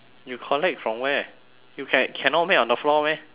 you collect from where you can~ cannot make on the floor meh